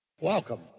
welcome